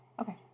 Okay